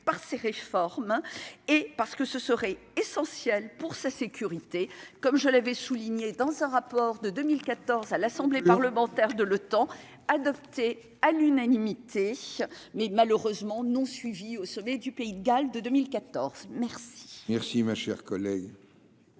par ces réformes, hein, et parce que ce serait essentielle pour sa sécurité, comme je l'avais souligné dans un rapport de 2014 à l'Assemblée parlementaire de l'OTAN, adopté à l'unanimité, mais malheureusement non suivies au sommet du Pays de Galles de 2014 merci. Merci, ma chère collègue.